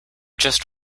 just